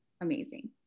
Amazing